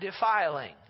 defiling